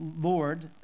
Lord